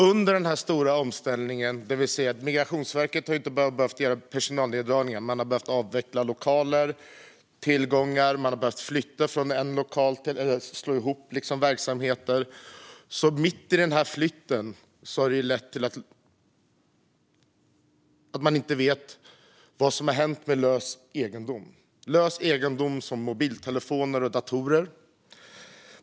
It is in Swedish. Under den här stora omställningen har Migrationsverket inte bara behövt göra personalneddragningar; man har också behövt avveckla lokaler och tillgångar. Man har behövt flytta mellan lokaler och slå ihop verksamheter. Mitt i all denna omflyttning har det förekommit att man inte vet vad som hänt med lös egendom som mobiltelefoner och datorer.